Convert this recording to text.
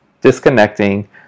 disconnecting